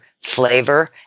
flavor